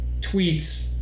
tweets